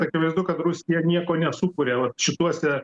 akivaizdu kad rusija nieko nesukūria vat šituose